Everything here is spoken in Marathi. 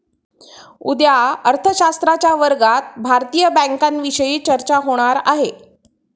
उद्या अर्थशास्त्राच्या वर्गात भारतीय बँकांविषयी चर्चा होणार आहे